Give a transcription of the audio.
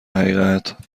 حقیقت